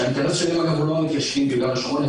שהאינטרס שלהן הוא לא המתיישבים ביהודה ושומרון,